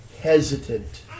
hesitant